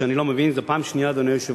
שאני לא מבין, זו פעם שנייה, אדוני היושב-ראש,